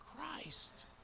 Christ